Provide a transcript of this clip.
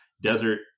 Desert